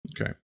Okay